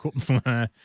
cool